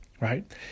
right